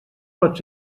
pot